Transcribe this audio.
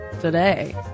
today